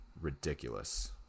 ridiculous